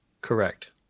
Correct